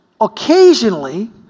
Occasionally